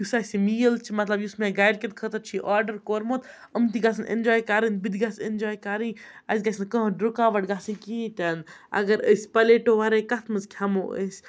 یُس اَسہِ یہِ میٖل چھِ مطلب یُس مےٚ گَرِکٮ۪ن خٲطرٕ چھِ یہِ آرڈَر کوٚرمُت یِم تہِ گژھن اِنجاے کَرٕنۍ بہٕ تہِ گژھٕ اِنجاے کَرٕنۍ اَسہِ گژھِ نہٕ کانٛہہ رُکاوَٹ گژھٕںۍ کِہیٖنۍ تہِ نہٕ اگر أسۍ پَلیٹو وَرٲے کَتھ منٛز کھٮ۪مو أسۍ